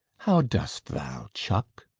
how dost thou, chuck?